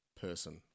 person